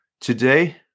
today